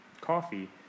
coffee